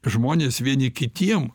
žmonės vieni kitiem